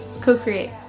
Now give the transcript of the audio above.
Co-create